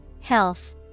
Health